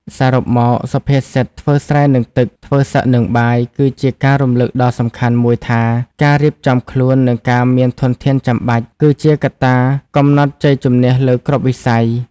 សរុបមក សុភាសិត ធ្វើស្រែនឹងទឹក ធ្វើសឹកនឹងបាយ គឺជាការរំលឹកដ៏សំខាន់មួយថា ការរៀបចំខ្លួន និងការមានធនធានចាំបាច់ គឺជាកត្តាកំណត់ជ័យជម្នះលើគ្រប់វិស័យ។